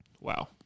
Wow